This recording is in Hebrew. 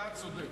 אתה צודק.